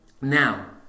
Now